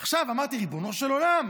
אמרתי, ריבונו של עולם,